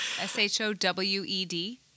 S-H-O-W-E-D